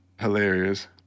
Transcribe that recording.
hilarious